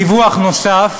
דיווח נוסף